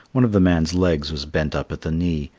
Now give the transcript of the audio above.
one of the man's legs was bent up at the knee,